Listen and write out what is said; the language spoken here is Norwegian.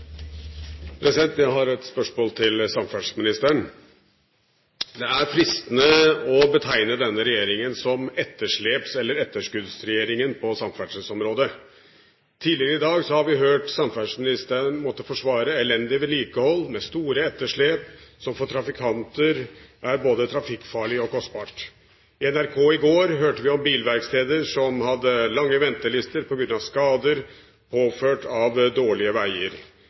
Jeg har et spørsmål til samferdselsministeren. Det er fristende å betegne denne regjeringen som ettersleps- eller etterskuddsregjeringen på samferdselsområdet. Tidligere i dag har vi hørt samferdselsministeren måtte forsvare elendig vedlikehold med store etterslep som for trafikanter er både trafikkfarlig og kostbart. På NRK i går hørte vi om bilverksteder som hadde lange ventelister på grunn av skader påført av dårlige